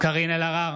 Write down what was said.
קארין אלהרר,